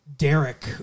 Derek